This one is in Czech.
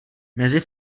mezi